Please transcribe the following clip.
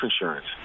insurance